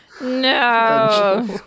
No